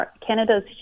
Canada's